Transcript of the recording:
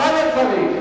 אתה לא צריך.